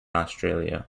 australia